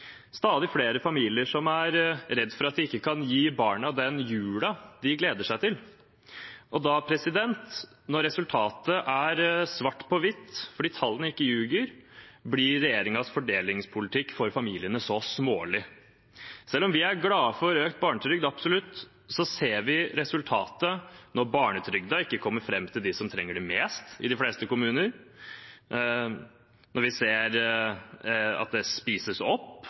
stadig flere familier som er redd for at de ikke kan gi barna den julen de gleder seg til. Og da, når resultatet er svart på hvitt fordi tallene ikke juger, blir regjeringens fordelingspolitikk for familiene så smålig. Selv om vi absolutt er glad for økt barnetrygd, ser vi resultatet når barnetrygden ikke kommer fram til dem som trenger det mest i de fleste kommuner, når vi ser at det spises opp